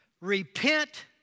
repent